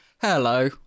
Hello